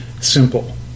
simple